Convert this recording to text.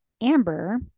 Amber